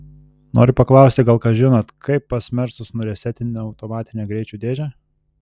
noriu paklausti gal kas žinot kaip pas mersus nuresetinti automatinę greičių dėžę